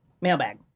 mailbag